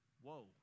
Whoa